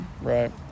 Right